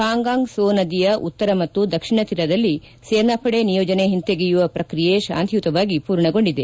ಪಾಂಗಾಂಗ್ ಸೊ ನದಿಯ ಉತ್ತರ ಮತ್ತು ದಕ್ಷಿಣ ತೀರದಲ್ಲಿ ಸೇನಾಪಡೆ ನಿಯೋಜನೆ ಹಿಂತೆಗೆಯುವ ಪ್ರಕ್ರಿಯೆ ಶಾಂತಿಯುತವಾಗಿ ಪೂರ್ಣಗೊಂಡಿದೆ